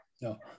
No